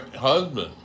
husband